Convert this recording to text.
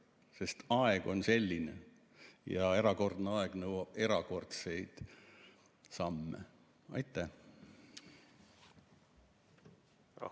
Sest aeg on selline ja erakordne aeg nõuab erakordseid samme. Aitäh!